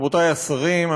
רבותי השרים,